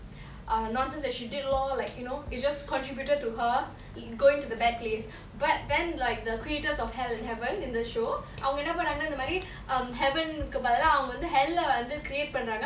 err nonsense that she did lor like you know it's just contributed to her in going to the bad place but then like the creators of hell and heaven in the show அவங்க என்ன பன்னாங்கனா இந்தமாரி:avanga enna pannangana inthamari um heaven கு பதிலா அவங்க வந்து:ku pathila avanga vanthu hell ah வந்து:vanthu create பண்ராங்க:panranga